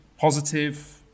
Positive